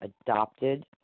adopted